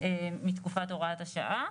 מתקופת הוראת השעה.